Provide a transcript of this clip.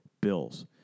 Bills